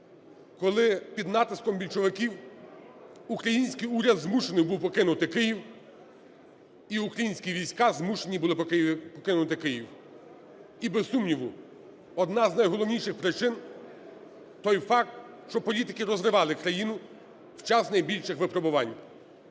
коли під натиском більшовиків український уряд змушений був покинути Київ і українські війська змушені були покинути Київ. І, без сумніву, одна з найголовніших причин – той факт, що політики розривали країну в час найбільших випробувань.